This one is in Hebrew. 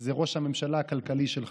זה ראש הממשלה הכלכלי שלך,